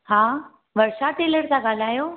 हा वर्षा टेलर था ॻाल्हायो